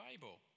Bible